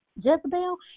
Jezebel